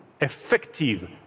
effective